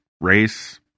race